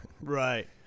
Right